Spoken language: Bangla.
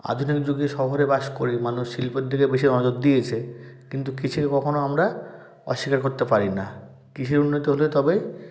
আধুনিক যুগে শহরে বাস করে মানুষ শিল্পের দিকে বেশি নজর দিয়েছে কিন্তু কৃষিকে কখনও আমরা অস্বীকার করতে পারি না কৃষি উন্নত হলে তবেই